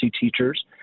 teachers